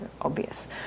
obvious